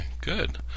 good